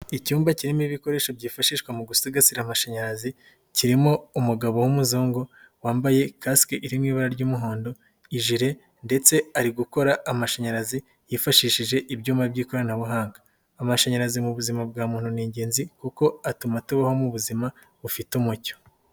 Icyumba kirimo ibikoresho byifashishwa mu gusigasira amashanyarazi, kirimo umugabo w'umuzungu wambaye kasike iri mu ibara ry'umuhondo, ijire ndetse ari gukora amashanyarazi yifashishije ibyuma by'ikoranabuhanga, amashanyarazi mu buzima bwa muntu ni ingenzi kuko atuma tubaho mu buzima bufite umucyo.